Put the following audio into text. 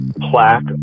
plaque